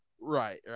Right